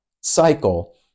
cycle